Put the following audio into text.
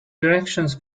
directions